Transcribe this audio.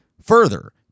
further